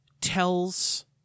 tells